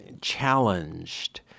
challenged